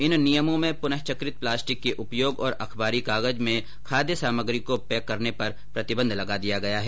इन नियमों में पुनःचक्रित प्लास्टिक के उपयोग और अखबारी कागज में खाद्य सामग्री को पैक करने पर प्रतिबंध लगा दिया गया है